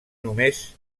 només